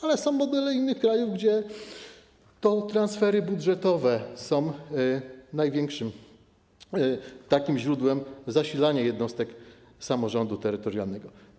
Są też modele z innych krajów, gdzie to transfery budżetowe są największym tego typu źródłem zasilania jednostek samorządu terytorialnego.